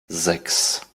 sechs